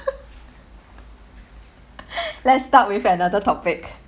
let's start with another topic